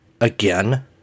Again